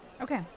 Okay